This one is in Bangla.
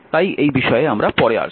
তাই এই বিষয়ে পরে আসব